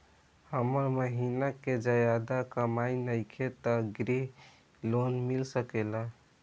हमर महीना के ज्यादा कमाई नईखे त ग्रिहऽ लोन मिल सकेला?